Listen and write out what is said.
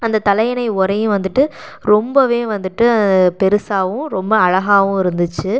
அந்த தலையணை உறையும் வந்துட்டு ரொம்பவே வந்துட்டு பெரிசாவும் ரொம்ப அழகாவும் இருந்துச்சு